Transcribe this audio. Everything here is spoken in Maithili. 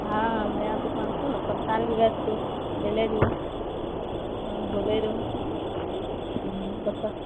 हँ नया दुकान छौ सत्कार भी हेतू ने लेबु बोले रहु हुँ बच्चा